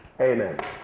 Amen